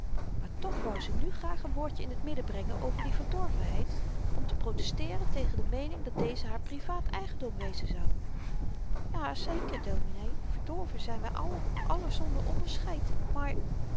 maar toch wou ze nu graag een woordjen in t midden brengen over die verdorvenheid om te protesteeren tegen de meening dat deze haar privaat eigendom wezen zou ja zeker dominee verdorven zyn wy allen allen zonder onderscheid maar